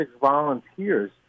volunteers